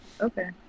Okay